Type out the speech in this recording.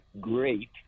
great